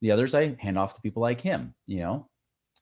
the others, i hand off to people like him, you know